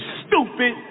stupid